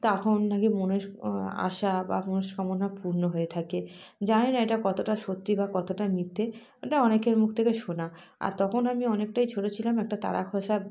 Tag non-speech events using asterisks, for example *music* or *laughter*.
তখন নাকি *unintelligible* আশা বা মনস্কামনা পূর্ণ হয়ে থাকে জানি না এটা কতটা সত্যি বা কতটা মিথ্যে এটা অনেকের মুখ থেকে শোনা আর তখন আমি অনেকটাই ছোটো ছিলাম একটা তারা খসার